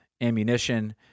ammunition